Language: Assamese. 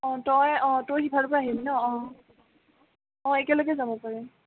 অঁ তই অঁ তই সিফালৰ পৰা আহিবি ন অঁ অঁ একেলগে যাব পাৰিম